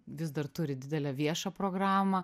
vis dar turi didelę viešą programą